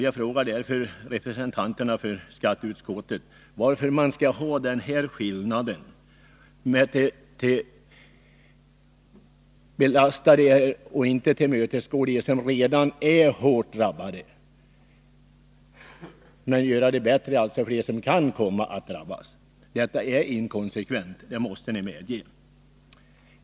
Jag frågar därför representanterna för skatteutskottet varför man skall ha den här skillnaden, varför man skall göra det bättre för dem som kan komma att drabbas men inte tillmötesgå dem som redan är hårt drabbade. Det är inkonsekvent — det måste ni medge.